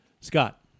Scott